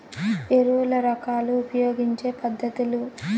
ఎరువుల రకాలు ఉపయోగించే పద్ధతులు?